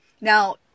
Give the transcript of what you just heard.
Now